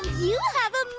you have a